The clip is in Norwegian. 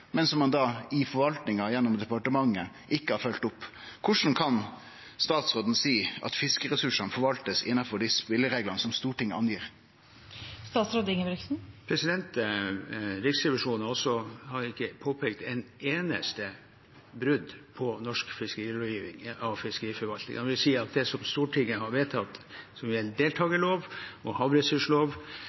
som ein i forvaltninga gjennom departementet ikkje har følgt opp. Korleis kan statsråden seie at fiskeressursane blir forvalta innanfor dei spelereglane som Stortinget gir? Riksrevisjonen har ikke påpekt et eneste brudd på norsk fiskerilovgivning fra fiskeriforvaltningen, dvs. det som Stortinget har vedtatt gjennom deltakerlov og havressurslov. Fiskeriforvaltningen er